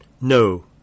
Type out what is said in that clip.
No